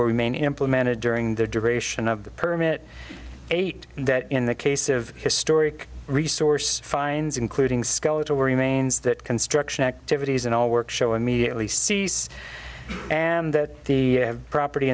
remain implemented during the duration of the permit eight that in the case of historic resource finds including skeletal remains that construction activities and all work show immediately cease and that the property